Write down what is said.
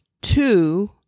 Two